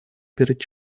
перед